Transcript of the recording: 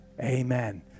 Amen